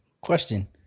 question